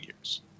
years